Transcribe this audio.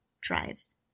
drives